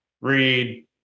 read